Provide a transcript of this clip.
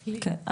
כן,